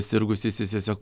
sirgusysis tiesiog